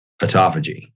autophagy